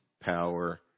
power